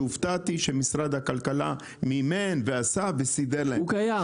שהופתעתי שמשרד הכלכלה מימן ועשה וסידר להם --- הוא קיים,